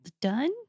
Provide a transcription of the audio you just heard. done